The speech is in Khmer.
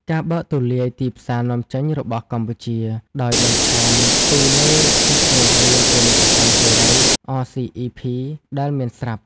ការបើកទូលាយទីផ្សារនាំចេញរបស់កម្ពុជា ដោយបន្ថែមពីលើកិច្ចព្រមព្រៀងពាណិជ្ជកម្មសេរី អ សុី អុី ភី(RCEP) ដែលមានស្រាប់។